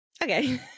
Okay